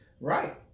Right